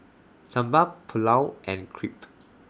Sambar Pulao and Crepe